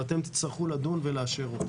ואתם תצטרכו לדון ולאשר אותן.